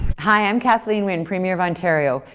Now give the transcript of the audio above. hi, i'm kathleen wynne, premier of ontario.